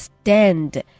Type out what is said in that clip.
Stand